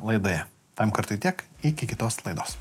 laidoje tam kartui tiek iki kitos laidos